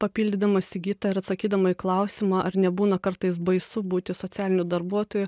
papildydama sigitą ir atsakydama į klausimą ar nebūna kartais baisu būti socialiniu darbuotoju